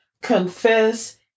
Confess